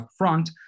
upfront